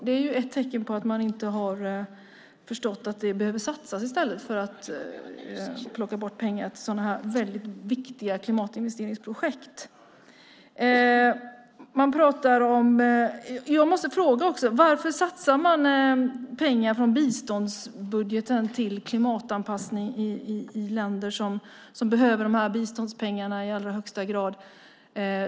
Det är ett tecken på att man inte har förstått att det behöver satsas i stället för att plocka bort pengar till sådana viktiga klimatinvesteringsprojekt. Jag måste fråga: Varför satsar man pengar från biståndsbudgeten på klimatanpassning i länder som behöver de biståndspengarna i allra högsta grad?